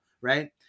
right